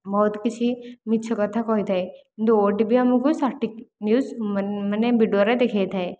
ବହୁତ କିଛି ମିଛ କଥା କହିଥାଏ କିନ୍ତୁ ଓଟିଭି ଆମକୁ ସଠିକ ନ୍ୟୁଜ ମାନେ ଭିଡ଼ିଓରେ ଦେଖାଇଥାଏ